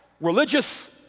Religious